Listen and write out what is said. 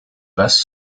best